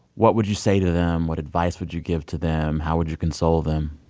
what would you say to them? what advice would you give to them? how would you console them?